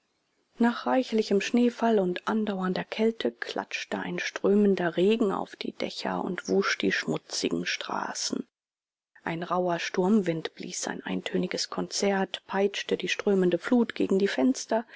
nach reichlichem schneefall und andauernder kälte klatschte ein strömender regen auf die dächer und wusch die schmutzigen straßen ein rauher sturmwind blies sein eintöniges konzert peitschte die strömende flut gegen die fenster